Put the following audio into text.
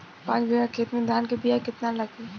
पाँच बिगहा खेत में धान के बिया केतना लागी?